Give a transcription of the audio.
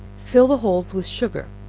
fill the holes with sugar,